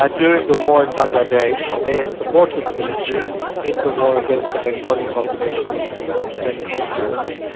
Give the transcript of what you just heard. ah during the war in bangladesh, they had supported the military in the war against the bengali population in what was then east pakistan.